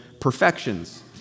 perfections